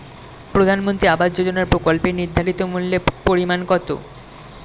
প্রধানমন্ত্রী আবাস যোজনার প্রকল্পের নির্ধারিত মূল্যে পরিমাণ কত?